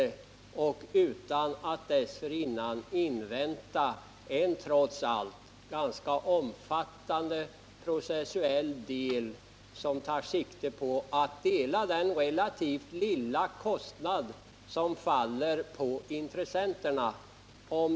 Om vi får det här arbetet utfört som ett välbehövligt och angeläget beredskapsarbete, skulle vi inte behöva invänta en trots allt ganska omfattande process, som tar sikte på att dela den relativt lilla kostnad som faller på intressenterna.